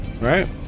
right